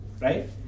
Right